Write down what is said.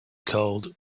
called